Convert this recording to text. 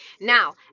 now